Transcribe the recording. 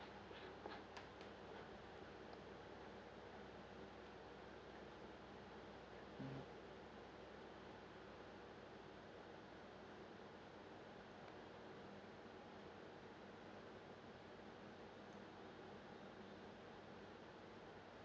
mm